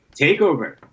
TakeOver